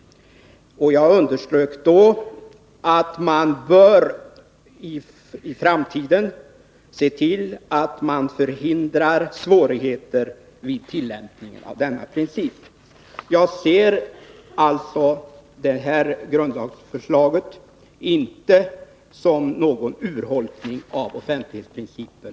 Jag underströk vid det tillfället att man i framtiden bör se till att man förhindrar svårigheter vid tillämpningen av denna princip. Jag ser alltså inte det här grundlagsförslaget som någon urholkning av offentlighetsprincipen.